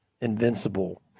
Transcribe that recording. invincible